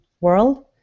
world